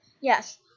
Yes